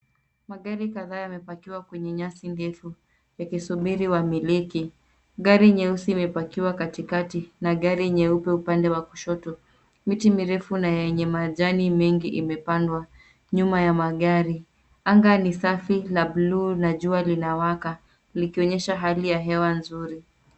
Magari kadhaa yamepakiwa kwenye nyasi ndefu yakisubiri wamiliki, gari nyeusi imepakiwa katikati na gari nyeupe upande wa kushoto. Miti mirefu na yenye majani mengi imepandwa, nyuma ya magari. Anga ni safi la buluu na jua linawaka likionyesha hali ya hewa nzuri.